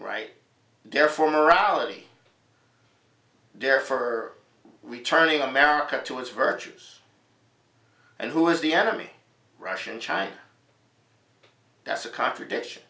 right there for morality there for returning america to its virtues and who is the enemy russia and china that's a contradiction